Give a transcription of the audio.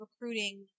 recruiting